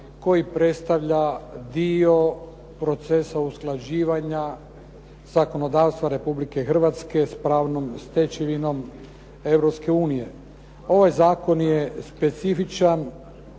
koji predstavlja dio procesa usklađivanja zakonodavstva Republike Hrvatske s pravnom stečevinom Europske unije. Ovaj zakon je specifičan,